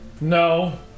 No